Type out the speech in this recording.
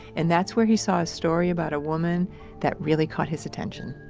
and that's where he saw a story about a woman that really caught his attention